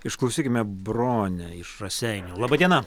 išklausykime bronę iš raseinių laba diena